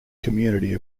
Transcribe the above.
community